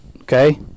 okay